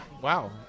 wow